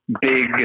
big